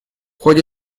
ходе